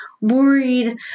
worried